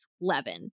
levin